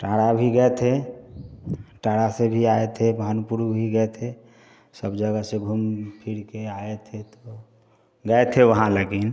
टारा भी गए थे टारा से भी आए थे बहनपुर भी गए थे सब जगह से घूम फिर के आए थे तो गए थे वहाँ लेकिन